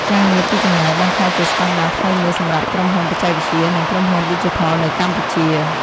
ការងារពីចម្ងាយបានក្លាយជាស្តង់ដារថ្មីមួយសម្រាប់ក្រុមហ៊ុនបច្ចេកវិទ្យា និងក្រុមហ៊ុនឌីជីថលនៅកម្ពុជា។